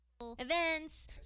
events